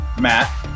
Matt